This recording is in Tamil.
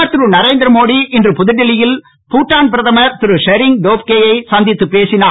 பிரதமர் திரு நரேந்திரமோடி இன்று புதுடெல்லியில் பூட்டான் பிரதமர் திரு ஷெரீங் டோப்கே யை சந்தித்துப் பேசினார்